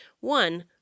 one